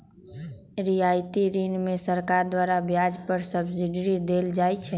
रियायती ऋण में सरकार द्वारा ब्याज पर सब्सिडी देल जाइ छइ